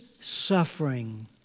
suffering